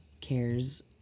cares